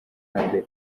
mbere